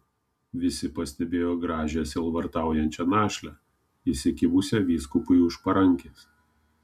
visi pastebėjo gražią sielvartaujančią našlę įsikibusią vyskupui už parankės